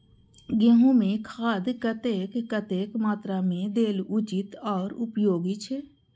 गेंहू में खाद कतेक कतेक मात्रा में देल उचित आर उपयोगी छै?